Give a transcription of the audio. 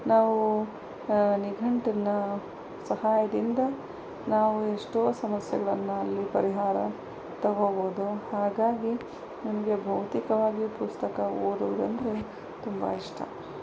ನಾವು ನಿಘಂಟಿನ ಸಹಾಯದಿಂದ ನಾವು ಎಷ್ಟೋ ಸಮಸ್ಯೆಗಳನ್ನಲ್ಲಿ ಪರಿಹಾರ ತಗೋಬೋದು ಹಾಗಾಗಿ ನಮಗೆ ಭೌತಿವಾಗಿಯೂ ಪುಸ್ತಕ ಓದೋದಂದ್ರೆ ತುಂಬ ಇಷ್ಟ